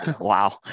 Wow